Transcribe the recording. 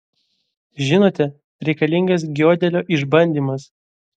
žinote reikalingas giodelio išbandymas